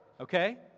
Okay